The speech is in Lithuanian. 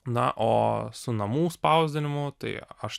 na o su namų spausdinimu tai aš